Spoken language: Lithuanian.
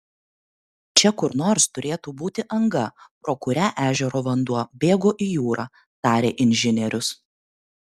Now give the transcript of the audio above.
čia kur nors turėtų būti anga pro kurią ežero vanduo bėgo į jūrą tarė inžinierius